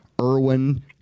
Irwin